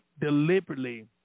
deliberately